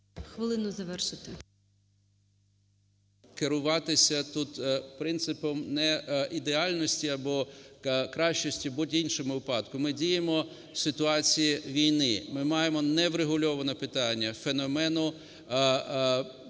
Хвилину, завершуйте. НЕМИРЯ Г.М. …керуватися тут принципомнеідеальності або кращості в будь-якому іншому випадку. Ми діємо в ситуації війни, ми маємо неврегульоване питання, феномену більше